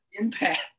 impact